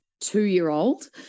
two-year-old